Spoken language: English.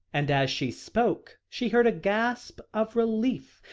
and as she spoke, she heard a gasp of relief,